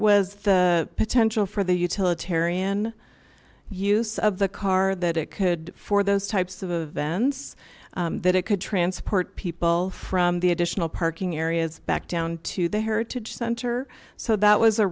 was the potential for the utilitarian use of the car that it could for those types of events that it could transport people from the additional parking areas back down to the heritage center so that was a